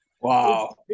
Wow